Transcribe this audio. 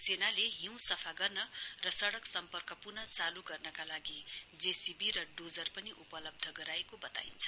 सेनाले हिउँ सफा गर्ने र सड़क सम्पर्क पुन चालू गर्नका लागि जे सी बी र डोजर पनि उपलब्ध गराएको वताइन्छ